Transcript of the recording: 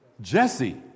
Jesse